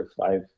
five